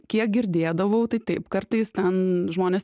kiek girdėdavau tai taip kartais ten žmonės